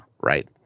Right